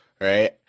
right